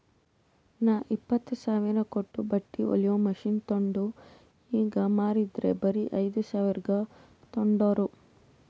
ನಾ ಇಪ್ಪತ್ತ್ ಸಾವಿರ ಕೊಟ್ಟು ಬಟ್ಟಿ ಹೊಲಿಯೋ ಮಷಿನ್ ತೊಂಡ್ ಈಗ ಮಾರಿದರ್ ಬರೆ ಐಯ್ದ ಸಾವಿರ್ಗ ತೊಂಡಾರ್